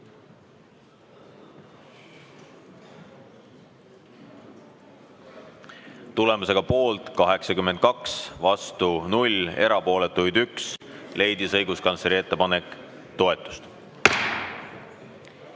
Tulemusega poolt 82, vastu 0, erapooletuid 1, leidis õiguskantsleri ettepanek toetust.